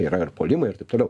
yra ir puolimai ir taip toliau